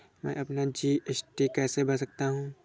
मैं अपना जी.एस.टी कैसे भर सकता हूँ?